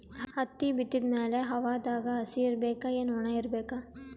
ಹತ್ತಿ ಬಿತ್ತದ ಮ್ಯಾಲ ಹವಾದಾಗ ಹಸಿ ಇರಬೇಕಾ, ಏನ್ ಒಣಇರಬೇಕ?